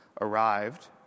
arrived